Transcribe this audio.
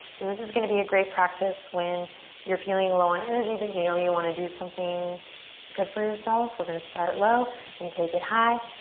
so this is gonna be a great practice when you're feeling low on energy but you know you wanna do something good for yourself. we're gonna start low and take it high.